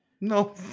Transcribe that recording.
No